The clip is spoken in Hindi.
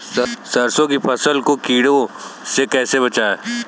सरसों की फसल को कीड़ों से कैसे बचाएँ?